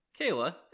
Kayla